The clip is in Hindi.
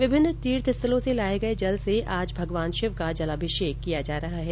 विभिन्न तीर्थ स्थलों से लाये गये जल से आज भगवान शिव का जलअभिषेक किया जा रहा है